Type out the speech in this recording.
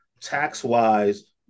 tax-wise